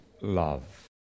love